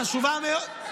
החשובה מאוד,